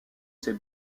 ses